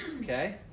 okay